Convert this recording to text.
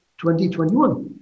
2021